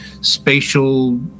spatial